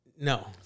No